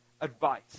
advice